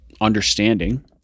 understanding